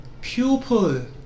Pupil